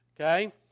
okay